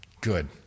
Good